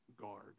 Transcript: guard